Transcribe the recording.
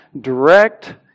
direct